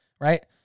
right